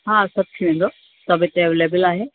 हा सभु थी वेंदो सभु हिते अवेलेबल आहे